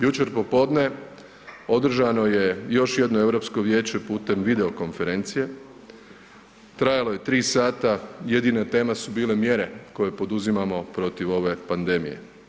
Jučer popodne održano je još jedno Europsko vijeće putem video konferencije, trajalo je 3 sata, jedine tema su bile mjere koje poduzimamo protiv ove pandemije.